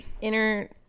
inner